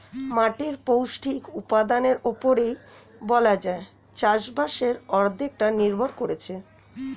মাটির পৌষ্টিক উপাদানের উপরেই বলা যায় চাষবাসের অর্ধেকটা নির্ভর করছে